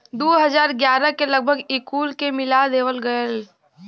दू हज़ार ग्यारह के लगभग ई कुल के मिला देवल गएल